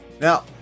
Now